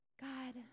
God